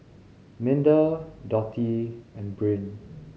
Minda Dotty and Bryn